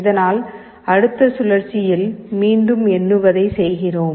இதனால் அடுத்த சுழற்சியில் மீண்டும் எண்ணுவதை செய்கிறோம்